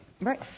Right